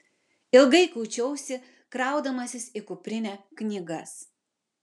ilgai kuičiausi kraudamasis į kuprinę knygas